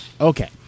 Okay